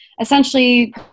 essentially